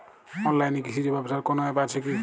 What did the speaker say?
অনলাইনে কৃষিজ ব্যবসার কোন আ্যপ আছে কি?